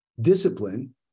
Discipline